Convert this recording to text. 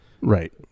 right